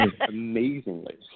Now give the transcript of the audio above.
amazingly